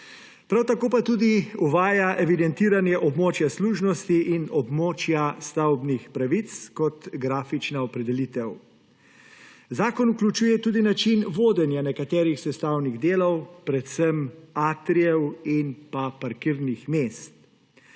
Prav tako pa tudi uvaja evidentiranje območja služnosti in območja stavbnih pravic kot grafična opredelitev. Zakon vključuje tudi način vodenja nekaterih sestavnih delov, predvsem atrijev in parkirnih mest.